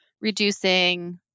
reducing